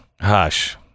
hush